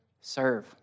serve